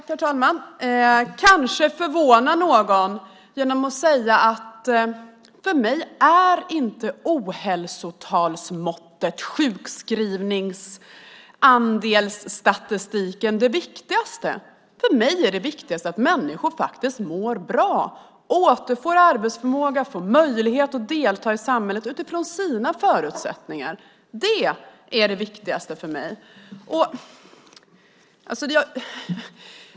Herr talman! Jag kanske förvånar någon genom att säga att ohälsotalsmåttet och sjukskrivningsandelsstatistiken inte är det viktigaste för mig. För mig är det viktigast att människor faktiskt mår bra, återfår arbetsförmåga och får möjlighet att delta i samhället utifrån sina förutsättningar. Det är det viktigaste för mig.